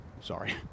Sorry